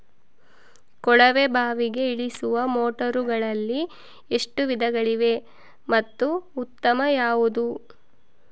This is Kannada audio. ಕೊಳವೆ ಬಾವಿಗೆ ಇಳಿಸುವ ಮೋಟಾರುಗಳಲ್ಲಿ ಎಷ್ಟು ವಿಧಗಳಿವೆ ಮತ್ತು ಉತ್ತಮ ಯಾವುದು?